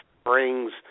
Springs